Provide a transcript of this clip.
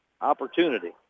opportunity